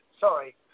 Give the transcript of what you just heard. Sorry